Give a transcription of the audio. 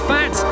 Fat